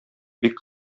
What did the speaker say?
бик